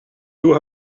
doe